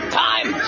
time